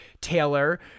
Taylor